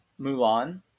Mulan